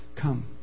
come